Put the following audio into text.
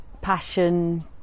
passion